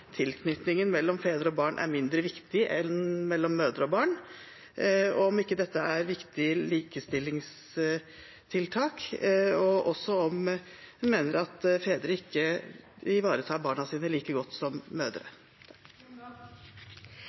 tilknytningen mellom fedre og barn er mindre viktig enn tilknytningen mellom mødre og barn, om ikke dette er et viktig likestillingstiltak, og også om hun mener at fedre ikke ivaretar barna sine like godt som mødre.